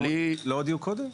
לא הודיעו קודם?